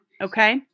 Okay